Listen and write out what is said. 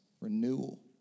renewal